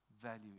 value